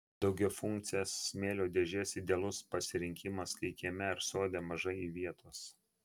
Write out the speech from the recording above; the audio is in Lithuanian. daugiafunkcės smėlio dėžės idealus pasirinkimas kai kieme ar sode maža vietos